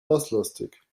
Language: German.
basslastig